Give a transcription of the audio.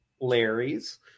Larry's